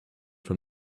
from